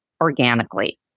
organically